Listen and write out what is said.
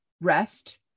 rest